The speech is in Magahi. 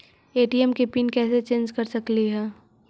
ए.टी.एम के पिन कैसे चेंज कर सकली ही?